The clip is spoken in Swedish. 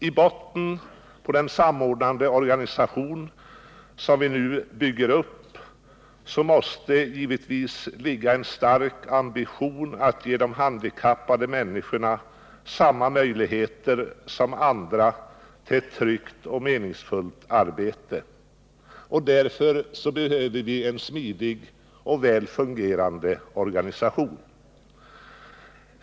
I botten på den samordnande organisation som vi nu bygger upp måste givetvis ligga en stark ambition att ge de handikappade människorna samma möjligheter som andra till ett tryggt och meningsfullt arbete. Därför behöver vi en smidig och väl fungerande organisation.